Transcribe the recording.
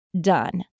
done